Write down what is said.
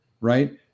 right